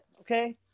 Okay